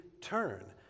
turn